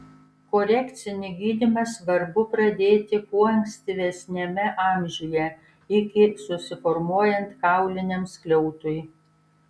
korekcinį gydymą svarbu pradėti kuo ankstyvesniame amžiuje iki susiformuojant kauliniam skliautui